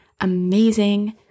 amazing